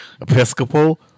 Episcopal